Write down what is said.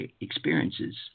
experiences